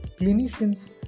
clinicians